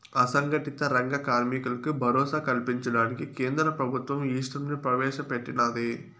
అసంగటిత రంగ కార్మికులకు భరోసా కల్పించడానికి కేంద్ర ప్రభుత్వం ఈశ్రమ్ ని ప్రవేశ పెట్టినాది